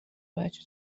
بچه